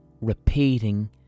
repeating